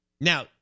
Now